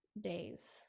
days